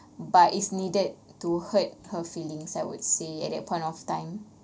but is needed to hurt her feelings I would say at that point of time